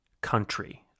country